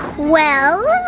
well,